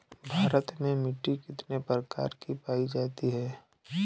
भारत में मिट्टी कितने प्रकार की पाई जाती हैं?